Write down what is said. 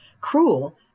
cruel